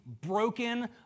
broken